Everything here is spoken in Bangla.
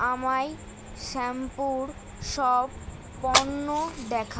আমায় শ্যাম্পুর সব পণ্য দেখান